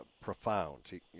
profound